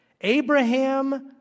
Abraham